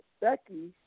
Becky